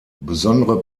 besondere